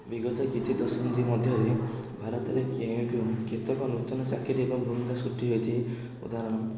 ବିଗତ କିଛି ଦଶନ୍ଧି ମଧ୍ୟରେ ଭାରତରେ କେଉଁ କେଉଁ କେତେକ ନୂତନ ଚାକିରୀ ଏବଂ ଭୂମିକା ସୃଷ୍ଟି ହେଇଛି ଉଦାହରଣ